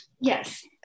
yes